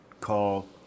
call